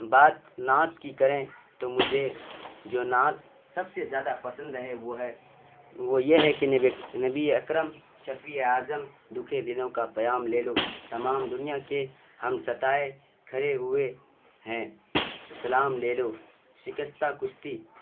بات نعت کی کریں تو مجھے جو نعت سب سے زیادہ پسند ہے وہ ہے وہ یہ ہے کہ نبی اکرم شفیع اعظم دکھے دلوں کا پیام لے لو تمام دنیا کے ہم ستائے کھڑے ہوئے ہیں سلام لے لو شکستہ کشتی